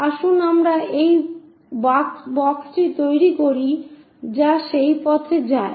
আসুন আমরা একটি বাক্স তৈরি করি যা সেই পথে যায়